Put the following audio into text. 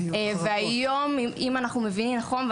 והיום אם אנחנו מבינים נכון,